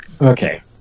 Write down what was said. Okay